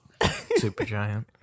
Supergiant